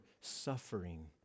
suffering